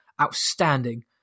outstanding